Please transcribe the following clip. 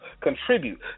Contribute